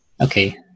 okay